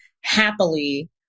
happily